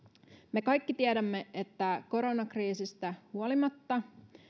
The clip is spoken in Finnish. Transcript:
me kaikki tiedämme että koronakriisistä huolimatta